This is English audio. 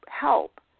help